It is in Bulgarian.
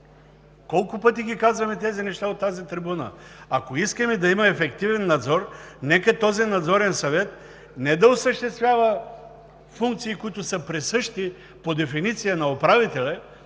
Колко пъти ги казваме тези неща от тази трибуна? Ако искаме да има ефективен надзор, нека този надзорен съвет не да осъществява функции, които са присъщи по дефиниция на управителя